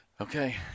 Okay